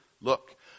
Look